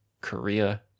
Korea